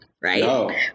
Right